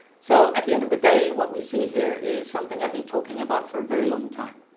so at the end of the day what we see here is something i've been talking about for a very long time